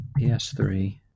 PS3